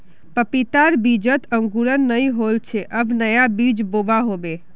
पपीतार बीजत अंकुरण नइ होल छे अब नया बीज बोवा होबे